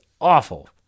awful